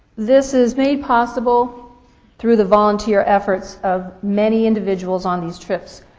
this is made possible through the volunteer efforts of many individuals on these trips.